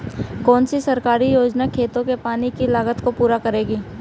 कौन सी सरकारी योजना खेतों के पानी की लागत को पूरा करेगी?